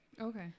Okay